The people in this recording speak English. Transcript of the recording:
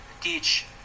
teach